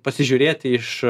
pasižiūrėti iš